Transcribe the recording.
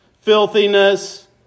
filthiness